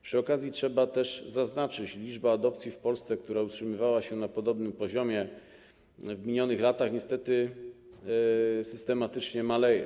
Przy okazji trzeba też zaznaczyć, że liczba adopcji w Polsce, która utrzymywała się na podobnym poziomie w minionych latach, niestety systematycznie maleje.